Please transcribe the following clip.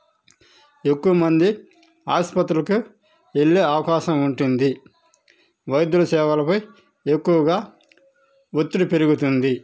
ఎక్కువమంది ఆస్పత్రికి వెళ్ళే అవకాశం ఉంటుంది వైద్యుల సేవలపై ఎక్కువగా ఒత్తిడి పెరుగుతుంది